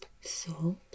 Salt